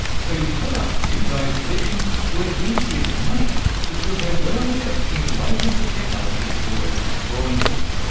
so you could argue those predictions were easier to make because they were in effect iterations of technologies already on the drawing board.